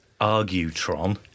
Argutron